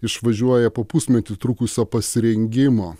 išvažiuoja po pusmetį trukusio pasirengimo